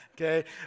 okay